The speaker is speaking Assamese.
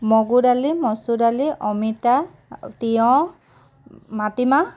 মগু দালি মচুৰ দালি অমিতা তিয়ঁহ মাটিমাহ